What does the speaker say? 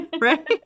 right